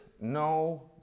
no